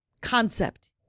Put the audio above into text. concept